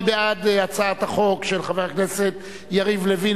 מי בעד הצעת החוק של חבר הכנסת יריב לוין,